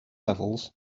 levels